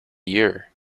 year